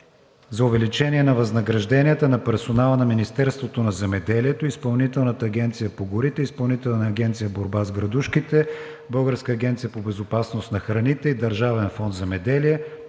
„За увеличение на възнагражденията на персонала на Министерството на земеделието, Изпълнителната агенция по горите, Изпълнителната агенцията „Борба с градушките“, Българската агенция по безопасност на храните и Държавен фонд „Земеделие“